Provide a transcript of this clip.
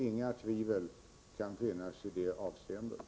Inga tvivel kan finnas i det avseendet.